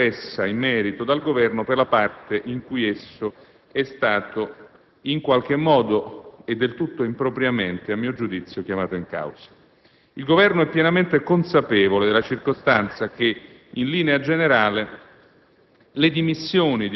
la posizione espressa in merito dal Governo, per la parte in cui esso è stato in qualche modo (e del tutto impropriamente, a mio giudizio) chiamato in causa. Il Governo è pienamente consapevole della circostanza che, in linea generale,